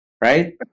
right